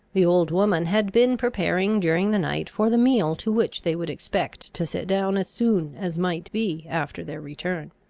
the old woman had been preparing during the night for the meal to which they would expect to sit down as soon as might be after their return.